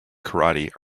karate